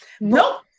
Nope